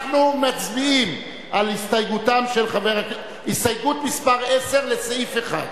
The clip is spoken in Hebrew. אנחנו מצביעים על הסתייגות מס' 10 לסעיף 1,